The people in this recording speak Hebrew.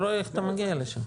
אני לא רואה איך אתה מגיע לשם?